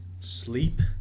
sleep